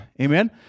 Amen